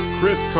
Chris